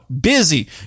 busy